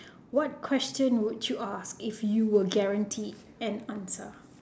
what question would you ask if you were guaranteed an answer